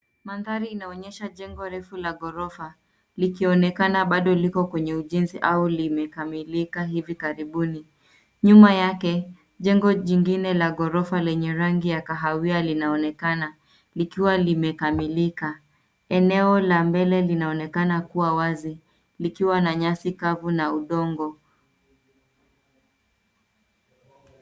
Mandhari inaonyesha jengo refu la ghorofa, likionekana bado liko kwenye ujenzi au limekamilika hivi karibuni. Nyuma yake, jengo jingine la ghorofa lenye rangi ya kahawia linaonekana, likiwa limekamilika. Eneo la mbele linaonekana kuwa wazi, likiwa na nyasi kavu na udongo.